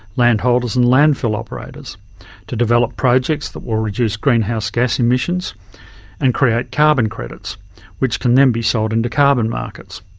landholders and landfill operators to develop projects that will reduce greenhouse gas emissions and create carbon credits which can then be sold into carbon markets.